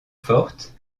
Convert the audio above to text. forte